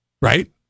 Right